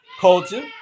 culture